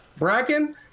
Bracken